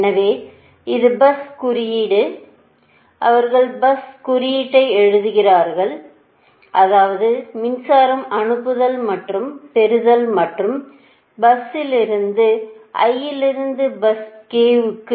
எனவே இது பஸ் குறியீடு அவர்கள் பஸ் குறியீட்டை எழுதுகிறார்கள் அதாவது மின்சாரம் அனுப்புதல் மற்றும் பெறுதல் மற்றும் பஸ் i லிருந்து பஸ் k க்கு